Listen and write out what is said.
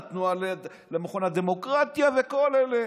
המכון לדמוקרטיה וכל אלה.